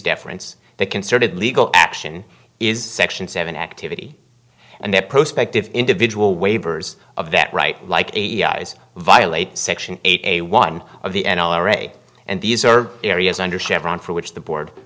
deference they concerted legal action is section seven activity and the prospect of individual waivers of that right like eight eyes violate section eight a one of the n r a and these are areas under chevron for which the board